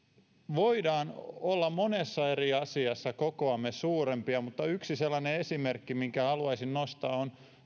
voimme olla monessa eri asiassa kokoamme suurempia mutta yksi sellainen esimerkki minkä haluaisin nostaa on